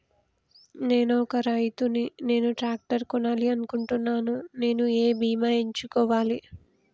నేను ఒక రైతు ని నేను ట్రాక్టర్ కొనాలి అనుకుంటున్నాను నేను ఏ బీమా ఎంచుకోవాలి?